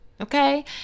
Okay